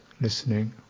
listening